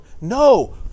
No